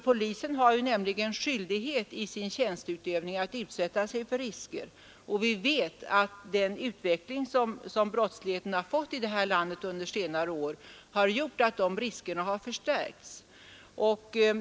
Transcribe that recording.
Polisen har nämligen i sin tjänsteutövning skyldighet att utsätta sig för risker, och vi vet att den utveckling som brottsligheten fått i landet under senare år har gjort att dessa risker förstärkts.